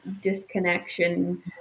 disconnection